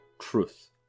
truth